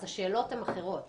אז השאלות הן אחרות